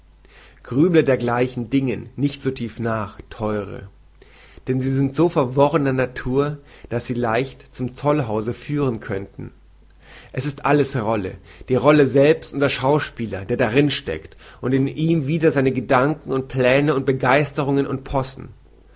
grübele dergleichen dingen nicht so tief nach theure denn sie sind so verworrener natur daß sie leicht zum tollhause führen könnten es ist alles rolle die rolle selbst und der schauspieler der darin steckt und in ihm wieder seine gedanken und plane und begeisterungen und possen